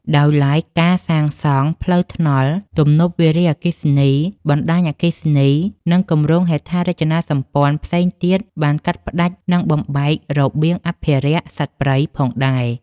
ដោយឡែកការសាងសង់ផ្លូវថ្នល់ ទំនប់វារីអគ្គិសនី បណ្តាញអគ្គិសនី និងគម្រោងហេដ្ឋារចនាសម្ព័ន្ធផ្សេងទៀតបានកាត់ផ្តាច់ និងបំបែករបៀងអភិរក្សសត្វព្រៃផងដែរ។